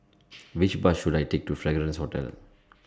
Which Bus should I Take to Fragrance Hotel